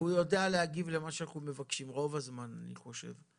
והוא יודע להגיב למה שאנחנו מבקשים רוב זמן אני חושב.